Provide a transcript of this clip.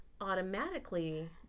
automatically